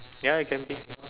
ya it can be